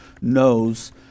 knows